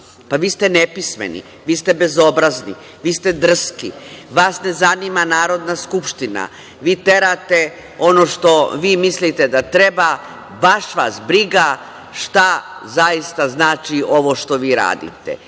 Pa vi ste nepismeni. Vi ste bezobrazni. Vi ste drski. Vas ne zanima Narodna skupština, vi terate ono što vi mislite da treba, baš vas briga šta zaista znači ovo što vi radite. Vi